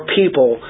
people